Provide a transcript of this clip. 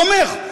תומך.